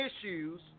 issues